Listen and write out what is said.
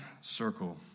circle